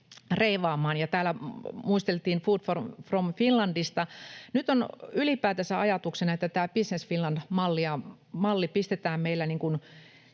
reivaamaan? Täällä muisteltiin Food from Finlandia. Nyt on ylipäätänsä ajatuksena, että tämä Business Finland -malli pistetään meillä